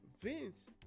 Vince